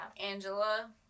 Angela